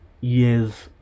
years